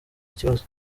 ikibazo